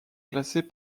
classées